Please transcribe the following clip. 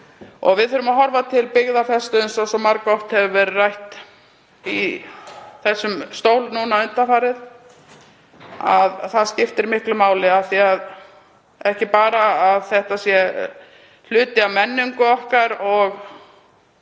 Við þurfum líka að horfa til byggðafestu eins og margoft hefur verið rætt í þessum stól nú undanfarið. Það skiptir miklu máli. Ekki bara er þetta hluti af menningu okkar og